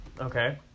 Okay